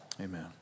Amen